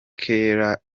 kera